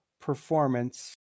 performance